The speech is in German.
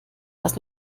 das